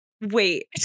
wait